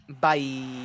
Bye